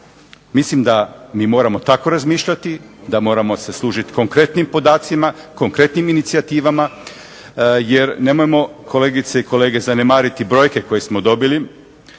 Mislim da mi moramo tako razmišljati, da moramo se služit konkretnim podacima, konkretnim inicijativama jer nemojmo kolegice i kolege zanemariti brojke koje smo dobili.